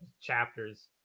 chapters